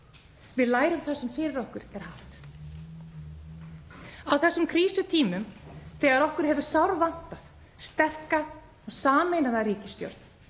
Við lærum það sem fyrir okkur er haft. Á þessum krísutímum þegar okkur hefur sárvantað sterka og sameinaða ríkisstjórn